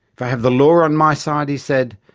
if i have the law on my side, he said,